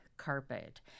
carpet